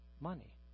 money